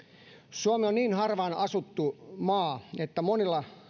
suomi on niin harvaan asuttu maa että monilta